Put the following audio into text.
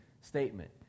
statement